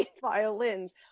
violins